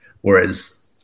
whereas